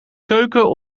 keuken